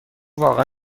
واقعا